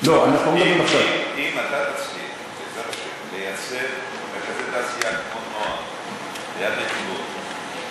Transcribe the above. אם תצליח לייצר מרכזי תעשייה כמו נע"ם ליד נתיבות,